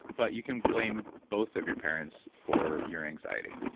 but you can blame both of your parents for your anxiety.